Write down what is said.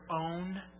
own